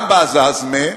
גם בעזאזמה,